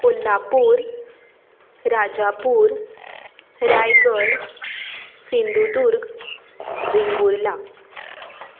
Kolhapur Rajapur Raigad Sindhudurg Vengurla